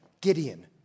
Gideon